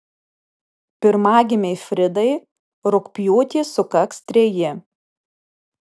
pirmagimei fridai rugpjūtį sukaks treji